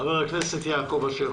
חבר הכנסת יעקב אשר.